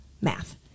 math